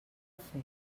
fer